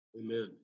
Amen